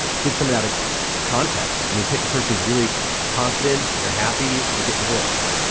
switch someone out of context, take a person who's really confident, they're happy, they get divorced.